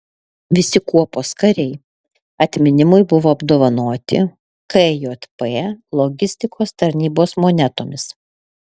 visi kuopos kariai atminimui buvo apdovanoti kjp logistikos tarnybos monetomis